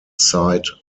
site